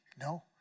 no